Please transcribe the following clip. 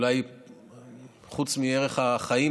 אולי חוץ מערך החיים,